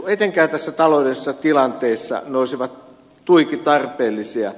etenkin tässä taloudellisessa tilanteessa ne olisivat tuiki tarpeellisia